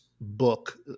book